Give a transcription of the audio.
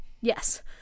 yes